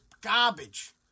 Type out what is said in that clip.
garbage